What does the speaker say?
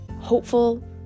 hopeful